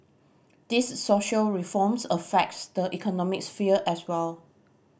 these social reforms affects the economic sphere as well